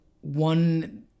one